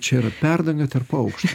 čia yra perdanga tarp aukštų